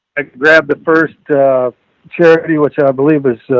i grabbed the first a charity, which i believe was, ah,